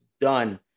done